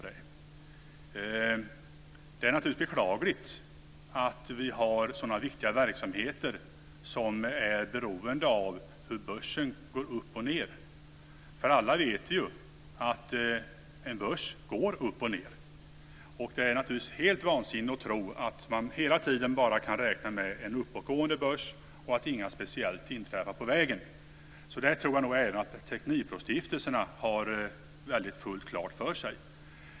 Det är naturligtvis beklagligt att vi har sådana här viktiga verksamheter som är beroende av hur börsen går upp och ned. Alla vet vi ju att en börs går uppåt och nedåt. Det är helt vansinnigt att tro att man hela tiden bara kan räkna med en uppåtgående börs och att inget speciellt inträffar på vägen. Det tror jag att man även hos teknikbrostiftelserna har fullt klart för sig.